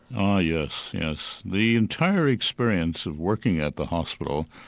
oh yes, yes. the entire experience of working at the hospital,